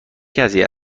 کسی